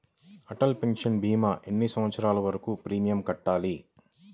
Atal pension భీమా ఎన్ని సంవత్సరాలు వరకు ప్రీమియం కట్టాలి?